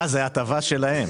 זו הטבה שלהם.